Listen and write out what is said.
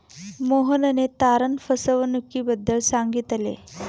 मोहनने तारण फसवणुकीबद्दल सांगितले